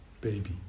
baby